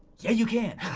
yeah you can.